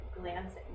glancing